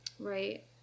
Right